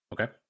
Okay